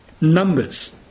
Numbers